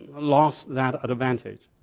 loss that advantage.